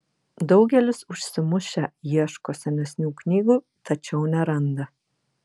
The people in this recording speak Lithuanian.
daugelis užsimušę ieško senesnių knygų tačiau neranda